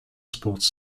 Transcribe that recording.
sports